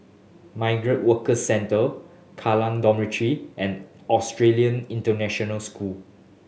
Migrant Worker Centre Kallang Dormitory and Australian International School